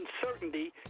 uncertainty